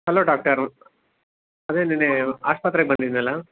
hello doctor ಅದೇ ನಿನ್ನೆ ಆಸ್ಪತ್ರೆಗೆ ಬಂದಿದ್ನಲ್ಲ